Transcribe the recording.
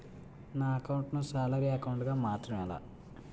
నా అకౌంట్ ను salary account గా మార్చటం ఎలా?